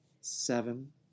Seven